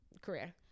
career